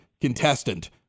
contestant